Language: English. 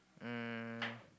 um